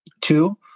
Two